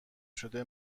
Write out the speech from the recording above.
شده